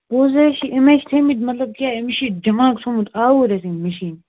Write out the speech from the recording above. پوٚزَے چھِ أمۍ ہے چھِ تھٲیمٕتۍ مطلب کیٛاہ أمِس چھِ دٮ۪ماغ تھووٚمُت آوُر اَسہِ أمۍ مِشیٖن